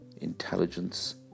intelligence